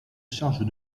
charge